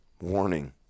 Warning